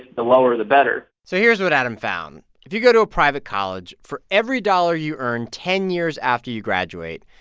the lower, the better so here's what adam found. if you go to a private college, for every dollar you earn ten years after you graduate,